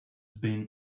been